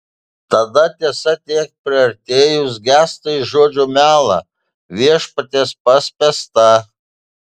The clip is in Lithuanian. tada tiesa tiek priartėjus gęsta į žodžio melą viešpaties paspęstą